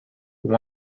who